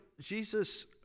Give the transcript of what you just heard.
Jesus